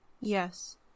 Yes